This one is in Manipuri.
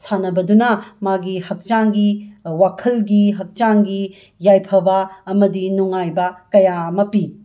ꯁꯥꯟꯅꯕꯗꯨꯅ ꯃꯥꯒꯤ ꯍꯛꯆꯥꯡꯒꯤ ꯋꯥꯈꯜꯒꯤ ꯍꯛꯆꯥꯡꯒꯤ ꯌꯥꯏꯐꯕ ꯑꯃꯗꯤ ꯅꯨꯡꯉꯥꯏꯕ ꯀꯌꯥ ꯑꯃ ꯄꯤ